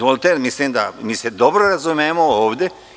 Mislim da se dobro razumemo ovde.